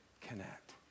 connect